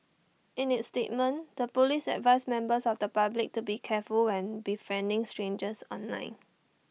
in its statement the Police advised members of the public to be careful when befriending strangers online